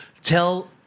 tell